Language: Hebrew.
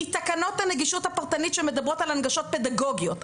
מתקנות הנגישות הפרטנית שמדברות על הנגשות פדגוגיות,